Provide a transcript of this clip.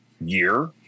year